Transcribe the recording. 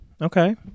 Okay